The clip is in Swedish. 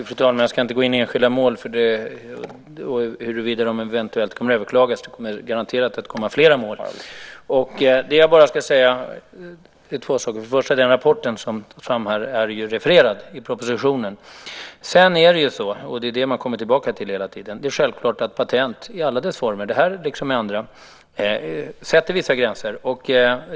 Fru talman! Jag ska inte gå in i enskilda mål och huruvida de eventuellt kommer att överklagas, men garanterat kommer det fler mål. Jag ska bara säga två saker. För det första har rapporten refererats i propositionen. För det andra, vilket vi hela tiden kommer tillbaka till, är det självklart att patent i alla dess former sätter vissa gränser. Det gäller i det här fallet, liksom i andra fall.